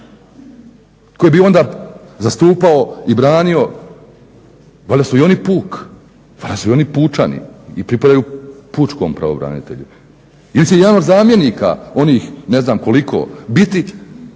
koji bi onda zastupao i branio, valjda su i oni puk, valjda su i oni pučani i pripadaju pučkog pravobranitelju. Ili će jedan od zamjenika, onih ne znam koliko, biti